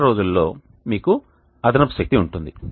ఇతర రోజులలో మీకు అదనపు శక్తి ఉంటుంది